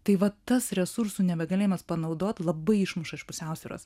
tai vat tas resursų negalėjimas panaudot labai išmuša iš pusiausvyros